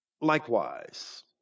Likewise